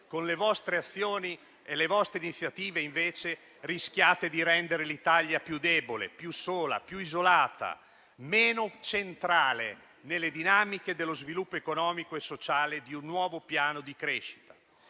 con le vostre azioni e le vostre iniziative, invece, rischiate di rendere l'Italia più debole, più sola, più isolata, meno centrale nelle dinamiche dello sviluppo economico e sociale di un nuovo piano di crescita.